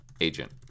agent